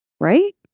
right